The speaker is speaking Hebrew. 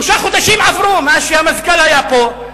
שלושה חודשים עברו מאז שהמזכ"ל היה פה,